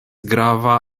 grava